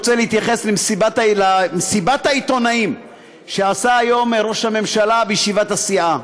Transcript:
רוצה להתייחס למסיבת העיתונאים שקיים היום ראש הממשלה בישיבת הסיעה.